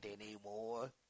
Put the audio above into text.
anymore